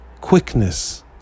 quickness